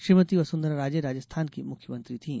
श्रीमती वसुंधरा राजे राजस्थान की मुख्यमंत्री थीं